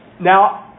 Now